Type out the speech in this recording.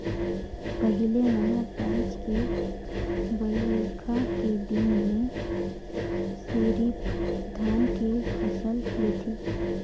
पहिले हमर रायज में बईरखा के दिन में सिरिफ धान के फसल लेथे